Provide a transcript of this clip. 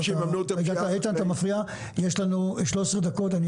יש לנו 13 דקות.